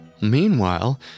Meanwhile